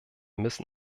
müssen